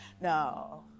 No